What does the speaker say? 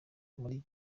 muri